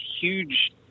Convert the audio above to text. huge